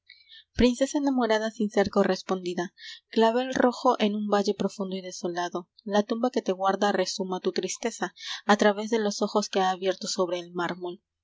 ncesa enamorada sin ser correspondida la ave r j en un valle profundo y desolado unba que te guarda rezuma tu tristeza ravés de los ojos que ha abierto sobre el mármol